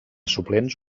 suplents